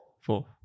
Four